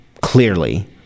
clearly